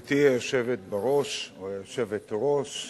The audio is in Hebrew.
גברתי היושבת בראש או היושבת-ראש,